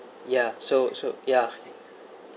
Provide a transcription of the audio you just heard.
ya so so ya